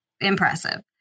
impressive